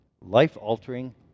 life-altering